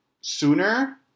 sooner